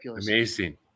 Amazing